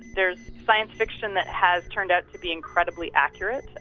there's science fiction that has turned out to be incredibly accurate.